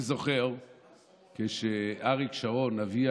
אני זוכר כשאריק שרון, אבי